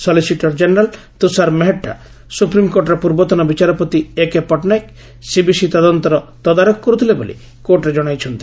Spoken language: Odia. ସଲିସିଟର ଜେନେରାଲ୍ ତୁଷାର ମେହେଟ୍ଟା' ସୁପ୍ରିମ୍କୋର୍ଟର ପୂର୍ବତନ ବିଚାରପତି ଏକେ ପଟ୍ଟନାୟକ ସିବିସି ତଦନ୍ତର ତଦାରଖ କରୁଥିଲେ ବୋଲି କୋର୍ଟରେ ଜଣାଇଛନ୍ତି